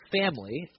family